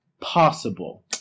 Possible